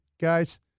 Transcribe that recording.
guys